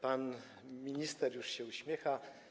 Pan minister już się uśmiecha.